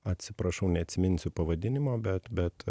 atsiprašau neatsiminsiu pavadinimo bet bet